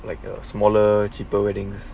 like a smaller cheaper weddings